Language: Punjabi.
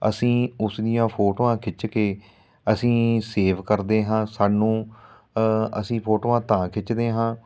ਅਸੀਂ ਉਸ ਦੀਆਂ ਫੋਟੋਆਂ ਖਿੱਚ ਕੇ ਅਸੀਂ ਸੇਵ ਕਰਦੇ ਹਾਂ ਸਾਨੂੰ ਅਸੀਂ ਫੋਟੋਆਂ ਤਾਂ ਖਿੱਚਦੇ ਹਾਂ